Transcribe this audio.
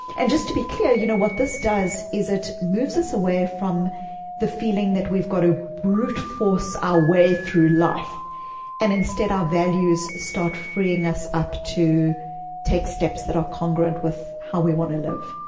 and just to be clear, you know what this does is it moves us away from the feeling that we've got to brute-force our way through life and instead our values start freeing us up to take steps that are congruent with how we want to live.